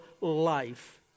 life